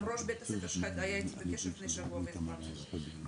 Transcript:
גם ראש בית הספר שלך היה בקשר איתי לפני שבוע והסברתי לו.